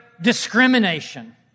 discrimination